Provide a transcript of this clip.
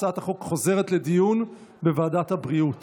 הודעת ועדת הבריאות